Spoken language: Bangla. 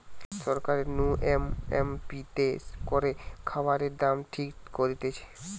সরকার নু এম এস পি তে করে খাবারের দাম ঠিক করতিছে